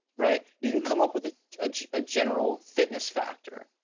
right. you can come up with a ah general fitness factor,